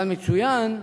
אבל מצוינים